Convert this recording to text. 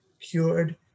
cured